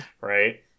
right